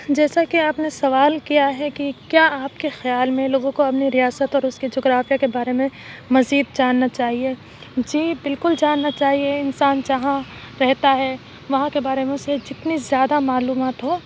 جیسا کہ آپ نے سوال کیا ہے کہ کیا آپ کے خیال میں لوگوں کو اپنے ریاست اور اُس کے جغرافیہ کے بارے میں مزید جاننا چاہیے جی بالکل جاننا چاہیے انسان جہاں رہتا ہے وہاں کے بارے میں اُسے جتنی زیادہ معلومات ہو